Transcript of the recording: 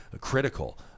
critical